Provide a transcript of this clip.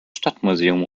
stadtmuseum